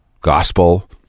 Gospel